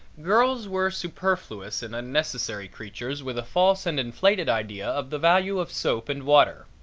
girls were superfluous and unnecessary creatures with a false and inflated idea of the value of soap and water.